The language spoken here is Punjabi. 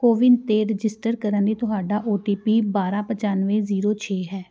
ਕੋਵਿਨ 'ਤੇ ਰਜਿਸਟਰ ਕਰਨ ਲਈ ਤੁਹਾਡਾ ਓ ਟੀ ਪੀ ਬਾਰਾਂ ਪਚਾਨਵੇਂ ਜ਼ੀਰੋ ਛੇ ਹੈ